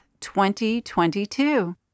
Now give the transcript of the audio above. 2022